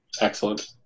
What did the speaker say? Excellent